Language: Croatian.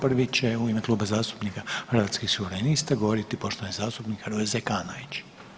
Prvi će u ime Kluba zastupnika Hrvatskih suverenista govoriti poštovani zastupnik Hrvoje Zekanović.